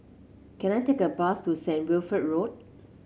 can I take a bus to Saint Wilfred Road